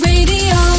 Radio